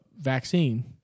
vaccine